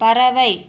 பறவை